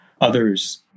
others